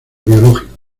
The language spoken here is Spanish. biológicos